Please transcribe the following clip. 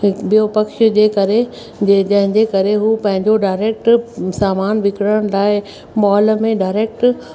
हि ॿियो पक्ष जे करे जंहिंजे करे हू पंहिंजो डायरेक्ट सामान विकरण लाइ मॉल में डायरेक्ट